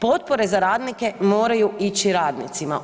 Potpore za radnike moraju ići radnicima.